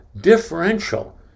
differential